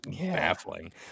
baffling